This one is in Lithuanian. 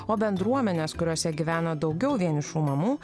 o bendruomenės kuriose gyvena daugiau vienišų mamų